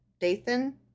Dathan